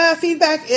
feedback